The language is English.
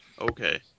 Okay